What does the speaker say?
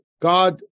God